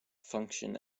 function